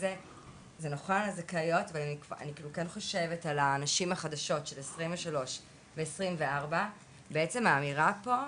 אני כן חושבת על הנשים החדשות של 2023 ו-2024 שבעצם האמירה פה,